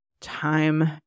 time